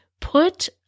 put